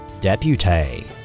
Deputy